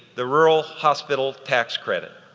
the rural hospital tax credit.